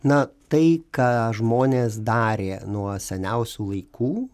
na tai ką žmonės darė nuo seniausių laikų